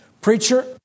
Preacher